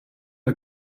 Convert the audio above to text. der